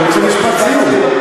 אני רוצה משפט סיום.